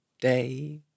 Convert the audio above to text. day